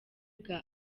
bwa